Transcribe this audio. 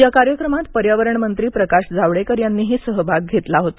या कार्यक्रमात पर्यावरण मंत्री प्रकाश जावडेकर यांनीही सहभाग घेतला होता